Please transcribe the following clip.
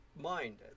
mind